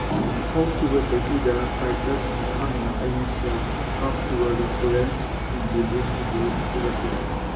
ꯍꯧꯈꯤꯕ ꯆꯍꯤꯗ ꯀꯥꯏꯇ꯭ꯔꯁꯒꯤ ꯈꯨꯊꯥꯡꯗ ꯑꯩꯅ ꯁꯦꯜ ꯀꯥꯞꯈꯤꯕ ꯔꯦꯁꯇꯨꯔꯦꯟꯁꯤꯡꯒꯤ ꯂꯤꯁ ꯑꯗꯨ ꯎꯠꯂꯛꯎ